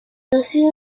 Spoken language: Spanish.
nació